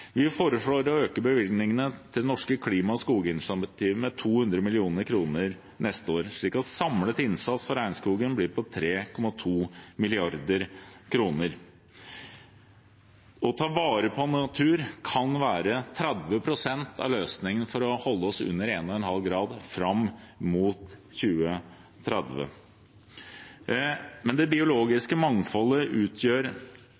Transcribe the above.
Vi foreslår å øke bevilgningene til det norske klima- og skoginitiativet med 200 mill. kr neste år, slik at samlet innsats for regnskogen blir på 3,2 mrd. kr. Å ta vare på natur kan være 30 pst. av løsningen for å holde oss under 1,5 grader fram mot 2030, men det